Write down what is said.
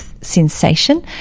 sensation